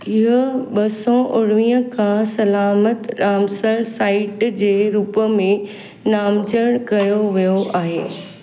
हीउ ॿ सौ उणवीह खां सलामत रामसर साइट जे रूप में नामज़दु कयो वियो आहे